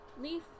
Leaf